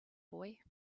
boy